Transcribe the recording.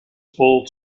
full